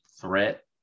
threat